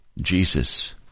Jesus